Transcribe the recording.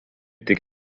tik